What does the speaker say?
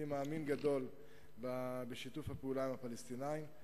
אני מאמין גדול בשיתוף פעולה עם הפלסטינים.